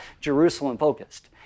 Jerusalem-focused